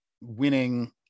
winning